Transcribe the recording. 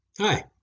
Hi